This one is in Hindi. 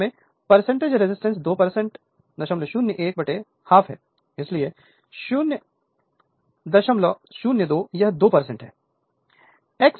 वास्तव में एज रेजिस्टेंस 2 001 half है इसलिए 002 यह 2 है